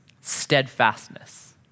steadfastness